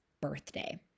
birthday